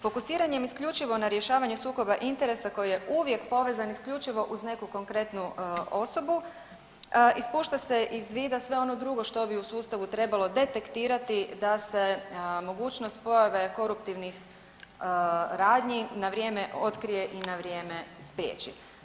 Fokusiranjem isključivo na rješavanje sukoba interesa koji je uvijek povezan isključivo uz neku konkretnu osobu ispušta se iz vida sve ono drugo što bi u sustavu trebalo detektirati da se mogućnost pojave koruptivnih radnji na vrijeme otkrije i na vrijeme spriječi.